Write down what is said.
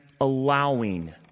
allowing